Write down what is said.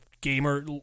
gamer